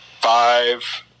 Five